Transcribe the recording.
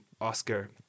Oscar